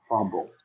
Fumble